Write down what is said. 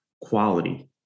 quality